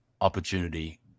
opportunity